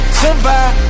survive